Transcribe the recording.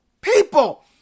people